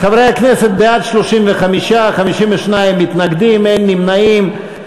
חברי הכנסת, בעד, 35, 52 מתנגדים, אין נמנעים.